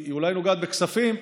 היא אולי נוגעת בכספים,